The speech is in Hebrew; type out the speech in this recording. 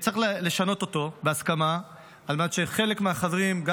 צריך לשנות אותו בהסכמה על מנת שחלק מהחברים גם